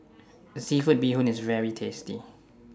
Seafood Bee Hoon IS very tasty